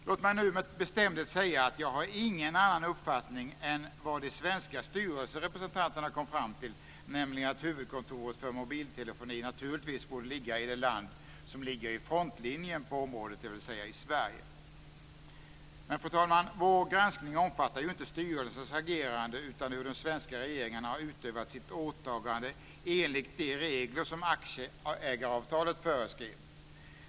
Låt mig nu med bestämdhet säga att jag inte har någon annan uppfattning än vad de svenska styrelserepresentanterna kom fram till, nämligen att huvudkontoret för mobiltelefoni naturligtvis borde ligga i det land som ligger i frontlinjen på området, dvs. i Fru talman! Men vår granskning omfattar ju inte styrelsens agerande utan hur den svenska regeringen har utövat sitt åtagande enligt de regler som aktieägaravtalet föreskrev.